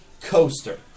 coaster